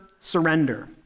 surrender